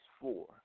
four